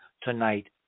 tonight